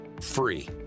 free